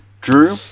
Drew